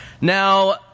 Now